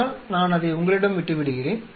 ஆனால் நான் அதை உங்களிடம் விட்டுவிடுகிறேன்